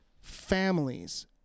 families